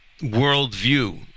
worldview